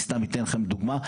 אתן לכם דוגמה.